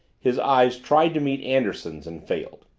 his eyes tried to meet anderson's and failed.